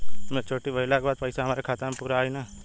Maturity भईला के बाद पईसा हमरे खाता म पूरा आई न?